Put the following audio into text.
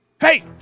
Hey